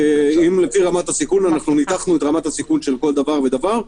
ניתחנו את רמת הסיכון של כל דבר ודבר.